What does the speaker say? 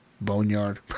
boneyard